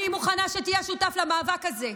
אני מוכנה שתהיה שותף למאבק הזה,